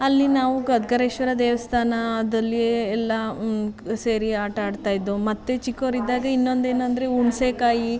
ಅಲ್ಲಿ ನಾವು ಖದ್ಗರೇಶ್ವರ ದೇವಸ್ಥಾನದಲ್ಲಿ ಎಲ್ಲ ಸೇರಿ ಆಟ ಆಡ್ತಾ ಇದ್ವು ಮತ್ತು ಚಿಕ್ಕವರಿದ್ದಾಗ ಇನ್ನೊಂದು ಏನಂದರೆ ಹುಣ್ಸೆಕಾಯಿ